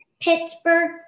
Pittsburgh